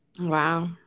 wow